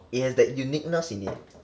it has that uniqueness in it